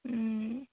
ও